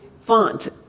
font